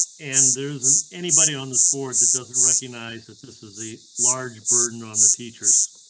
and there isn't anybody on this board that doesn't recognize that this is the large burden on the teachers,